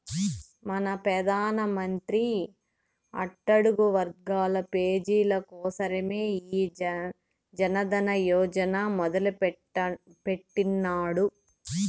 మన పెదానమంత్రి అట్టడుగు వర్గాల పేజీల కోసరమే ఈ జనదన యోజన మొదలెట్టిన్నాడు